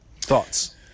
Thoughts